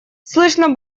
слышно